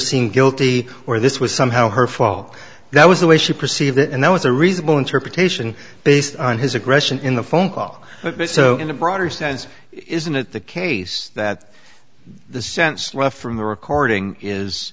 seem guilty or this was somehow her fault that was the way she perceived it and that was a reasonable interpretation based on his aggression in the phone call so in a broader sense isn't it the case that the sense from the recording is